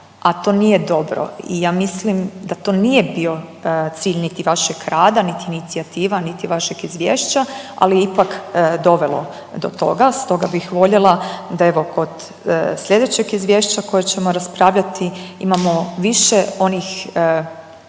a to nije dobro i ja mislim da to nije bio cilj niti vašeg rada, niti inicijativa, niti vašeg izvješća, ali je ipak dovelo do toga. Stoga bih voljela da evo kod sljedećeg izvješća koje ćemo raspravljati imamo više onih stvarnih